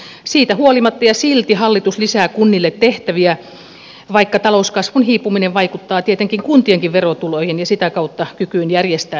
siitä huolimatta ja silti hallitus lisää kunnille tehtäviä vaikka talouskasvun hiipuminen vaikuttaa tietenkin kuntienkin verotuloihin ja sitä kautta kykyyn järjestää noita peruspalveluita